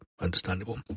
understandable